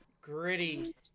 gritty